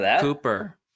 Cooper